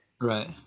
Right